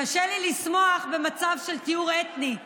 "קשה לי לשמוח במצב של טיהור אתני",